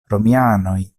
romianoj